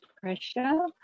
pressure